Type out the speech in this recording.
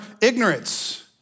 ignorance